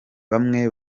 bamwe